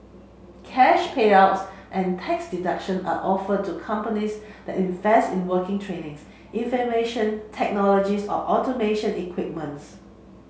cash payouts and tax deduction are offered to companies that invest in working training's information technologies or automation equipment's